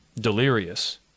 Delirious